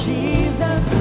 Jesus